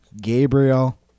Gabriel